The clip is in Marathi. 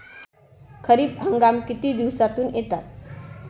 खरीप हंगाम किती दिवसातून येतात?